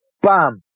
BAM